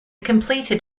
completed